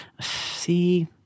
See